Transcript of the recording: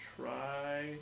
try